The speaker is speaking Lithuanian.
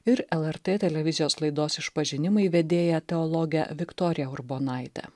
ir lrt televizijos laidos išpažinimai vedėją teologę viktoriją urbonaitę